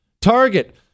Target